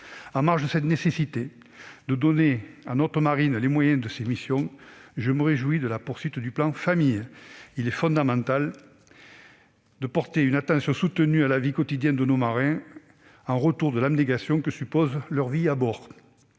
En marge de cette nécessité de donner à notre marine les moyens de ses missions, je me réjouis de la poursuite du plan Famille. Il est fondamental de porter une attention soutenue à la vie quotidienne de nos marins, en retour de l'abnégation que suppose leur vie à bord.